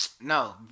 No